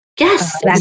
Yes